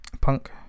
Punk